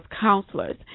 counselors